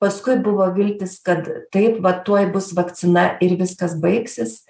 paskui buvo viltys kad taip va tuoj bus vakcina ir viskas baigsis